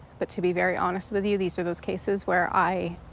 but to be very honest with you these are those cases where i.